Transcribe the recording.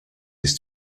his